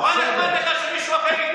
זה נורא נחמד, נורא נחמד לך שמישהו אחר יתנדב.